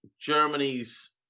Germany's